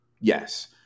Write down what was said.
Yes